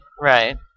Right